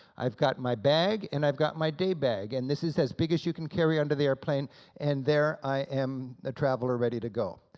i've got my bag, and i've got my day bag, and this is as big as you can carry onto the airplane and there i am a traveler ready to go.